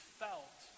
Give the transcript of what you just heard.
felt